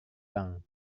bank